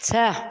छः